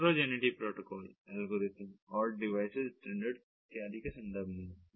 heterogeneity protocol algorithm और device standards इत्यादि के संदर्भ में है